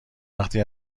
وقتی